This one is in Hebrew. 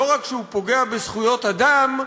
לא רק שהוא פוגע בזכויות אדם,